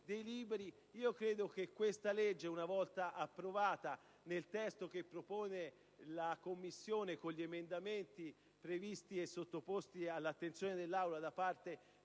Credo che questo provvedimento, una volta approvato nel testo che propone la Commissione con gli emendamenti previsti e sottoposti all'attenzione dell'Aula da parte dei relatori,